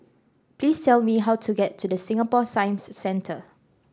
please tell me how to get to The Singapore Science Centre